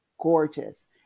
gorgeous